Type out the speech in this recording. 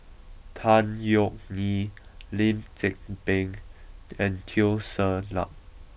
Tan Yeok Nee Lim Tze Peng and Teo Ser Luck